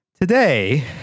Today